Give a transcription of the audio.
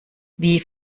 wie